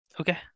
Okay